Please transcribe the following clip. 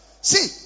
See